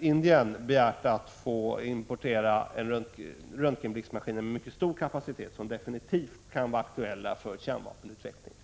Indien begärt att få importera röntgenblixtmaskiner med mycket stor kapacitet, som definitivt kan vara aktuella för kärnvapenutveckling.